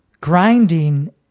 Grinding